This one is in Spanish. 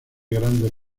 grandes